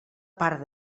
part